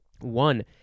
One